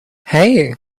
hey